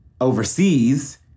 overseas